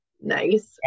Nice